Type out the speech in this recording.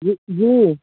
जी जी